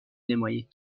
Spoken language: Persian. نمایید